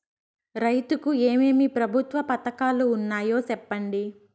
రైతుకు ఏమేమి ప్రభుత్వ పథకాలు ఉన్నాయో సెప్పండి?